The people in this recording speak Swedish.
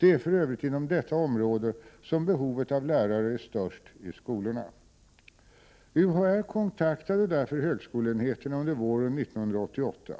Det är för övrigt inom detta område som behovet av lärare är störst i skolorna. UHÄ kontaktade därför högskoleenheterna under våren 1988